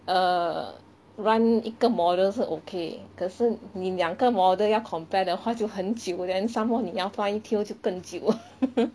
err run 一个 model 是 okay 可是你两个 model 要 compare 的话就很久 then some more 你要 fine-tune 就更久